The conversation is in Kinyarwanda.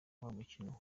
mukino